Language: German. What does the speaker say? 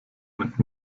mit